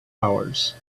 hours